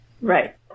Right